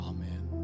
Amen